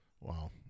Wow